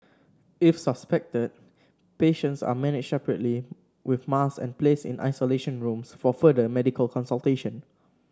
if suspected patients are managed separately with masks and placed in isolation rooms for further medical consultation